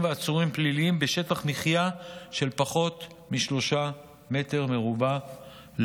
ועצורים פליליים בשטח מחיה של פחות מ-3 מ"ר לאסיר.